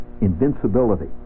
invincibility